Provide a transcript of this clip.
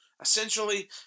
Essentially